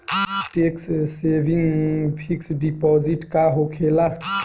Tax saving fix deposit का होखे ला?